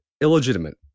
illegitimate